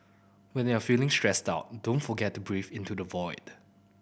when you are feeling stressed out don't forget to breathe into the void